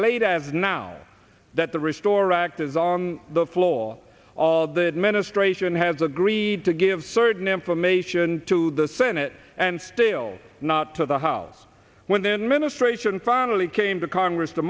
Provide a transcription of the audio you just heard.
late as now that the restore act is on the floor of the administration has agreed to give certain information to the senate and still not to the house when then ministration finally came to congress to